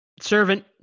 Servant